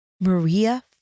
Maria